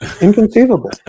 Inconceivable